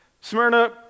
Smyrna